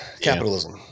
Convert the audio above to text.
Capitalism